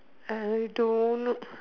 I don't